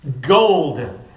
golden